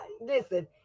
listen